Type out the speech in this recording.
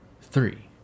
three